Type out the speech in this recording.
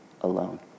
alone